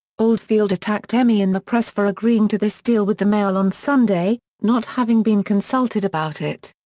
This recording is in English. oldfield attacked emi in the press for agreeing to this deal with the mail on sunday, not having been consulted about it.